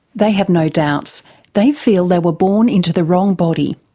they have no doubts they feel they were born into the wrong body.